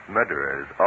Murderers